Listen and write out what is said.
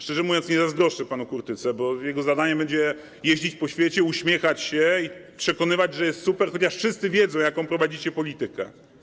Szczerze mówiąc, nie zazdroszczę panu Kurtyce, bo jego zadaniem będzie jeździć po świecie, uśmiechać się i przekonywać, że jest super, chociaż wszyscy wiedzą, jaką prowadzicie politykę.